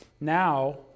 Now